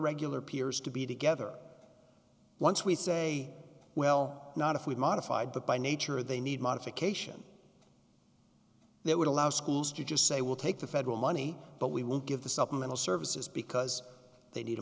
regular peers to be together once we say well not if we modify but by nature they need modification they would allow schools to just say we'll take the federal money but we won't give the supplemental services because they need a